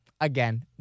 again